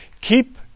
Keep